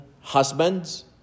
husbands